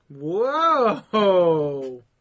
Whoa